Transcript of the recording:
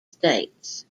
states